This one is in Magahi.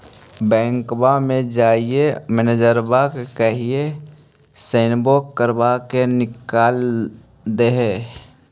बैंकवा मे जाहिऐ मैनेजरवा कहहिऐ सैनवो करवा के निकाल देहै?